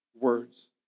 words